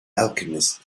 alchemist